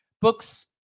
books